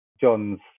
John's